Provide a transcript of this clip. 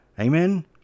amen